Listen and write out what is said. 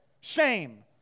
shame